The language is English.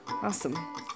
Awesome